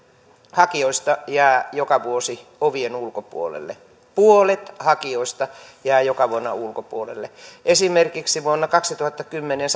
hakijoista jää joka vuosi ovien ulkopuolelle puolet hakijoista jää joka vuonna ulkopuolelle esimerkiksi vuonna kaksituhattakymmenen